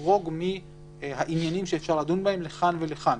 לחרוג מהעניינים שאפשר לדון בהם לכאן ולכאן.